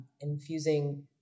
infusing